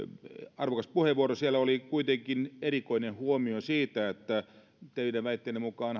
arvokas puheenvuoro siellä oli kuitenkin erikoinen huomio siitä että teidän väitteenne mukaan